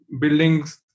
Buildings